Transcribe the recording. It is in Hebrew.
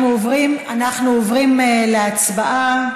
אנחנו עוברים להצבעה.